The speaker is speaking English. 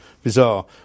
Bizarre